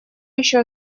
еще